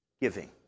giving